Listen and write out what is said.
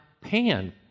Pan